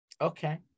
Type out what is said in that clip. Okay